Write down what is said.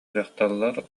дьахталлар